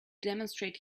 demonstrate